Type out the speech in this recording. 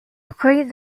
pris